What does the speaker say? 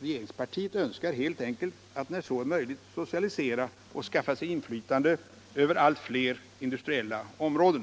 regeringspartiet önskar helt enkelt att när så är möjligt socialisera och skaffa sig inflytande över allt fler industriella områden.